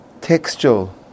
textual